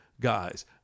guys